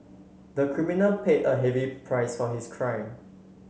the criminal paid a heavy price for his crime